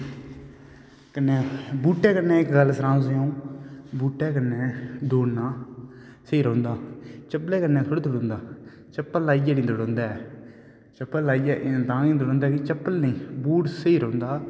कन्ने बूटें कन्नै गल्ल सनां में तुसेंगी बूटें कन्ने दौड़ना सेही रौंहदा चपला कन्ने थोडे दौड़ोदा चपल लाइयै है नेई दोड़दा ऐ चपल लाइयै तां नेई दौड़दा कि चपल नेई बूट स्हेई रौंहदा